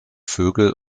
vögel